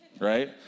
right